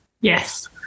Yes